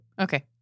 Okay